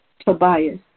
Tobias